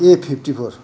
a fifty-four